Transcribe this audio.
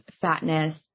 fatness